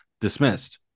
dismissed